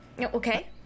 Okay